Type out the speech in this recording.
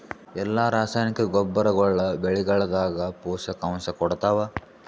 ಎಲ್ಲಾ ರಾಸಾಯನಿಕ ಗೊಬ್ಬರಗೊಳ್ಳು ಬೆಳೆಗಳದಾಗ ಪೋಷಕಾಂಶ ಕೊಡತಾವ?